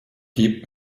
gib